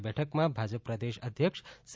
આ બેઠકમાં ભાજપ પ્રદેશ અધ્યક્ષ સી